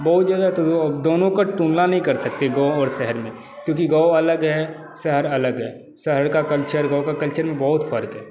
बहुत जगह तो दोनों का तुलना नहीं कर सकते गाँव और शहर में क्योंकि गाँव अलग है शहर अलग है शहर का कल्चर और गाँव का कल्चर में बहुत फ़र्क़ है